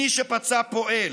מי שפצע פועל,